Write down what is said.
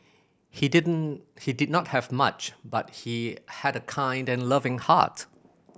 he did he did not have much but he had a kind and loving heart